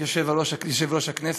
אדוני יושב-ראש הכנסת,